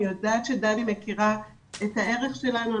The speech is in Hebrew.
אני יודעת שדני מכירה את הערך שלנו,